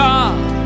God